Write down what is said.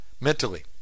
mentally